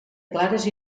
clares